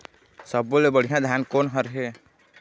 सब्बो ले बढ़िया धान कोन हर हे?